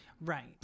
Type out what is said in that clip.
Right